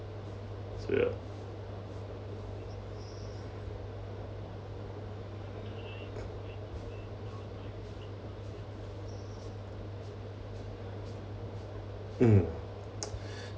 so ya mm